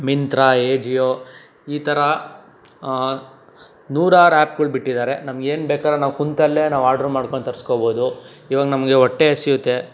Myntra Ajio ಈ ಥರ ನೂರಾರು ಆ್ಯಪ್ಗಳು ಬಿಟ್ಟಿದ್ದಾರೆ ನಮಗೇನು ಬೇಕಾರ ನಾವು ಕುಂತಲ್ಲೇ ಆರ್ಡರ್ ಮಾಡ್ಕೊಂತರ್ಸ್ಕೋಬೋದು ಈವಾಗ ನಮಗೆ ಹೊಟ್ಟೆ ಹಸಿಯುತ್ತೆ